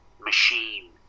machine